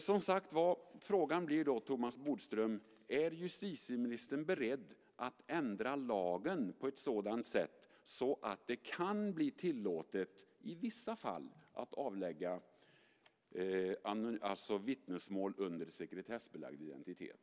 Som sagt blir frågan till Thomas Bodström: Är justitieministern beredd att ändra lagen på ett sådant sätt att det kan bli tillåtet att i vissa fall avlägga vittnesmål under sekretessbelagd identitet?